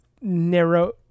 narrow